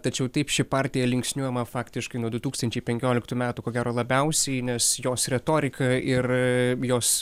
tačiau taip ši partija linksniuojama faktiškai nuo du tūkstančiai penkioliktų metų ko gero labiausiai nes jos retorika ir jos